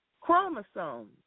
chromosomes